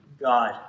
god